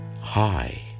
high